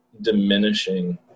diminishing